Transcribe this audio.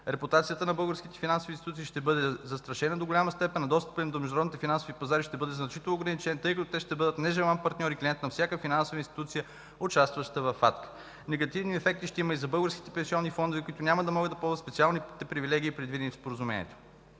Репутацията на българските финансови институции ще бъде застрашена до голяма степен, а достъпът им до международните финансови пазари ще бъде значително ограничен, тъй като те ще бъдат нежелан партньор и клиент на всяка финансова институция, участваща във FACTA. Негативни ефекти ще има и за българските пенсионни фондове, които няма да могат да ползват специалните привилегии, предвидени в Споразумението.